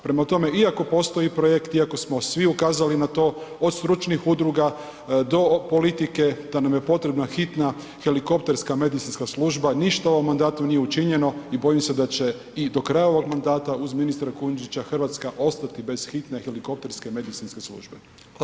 Prema tome, iako postoji projekt, iako smo svi ukazali na to, od stručnih udruga do politike da nam je potrebna hitna helikopterska medicinska služba, ništa u ovom mandatu nije učinjeno i bojim se da će i do kraja ovog mandata uz ministra Kujundžića Hrvatska ostati bez hitne helikopterske medicinske službe.